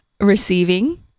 receiving